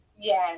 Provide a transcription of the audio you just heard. Yes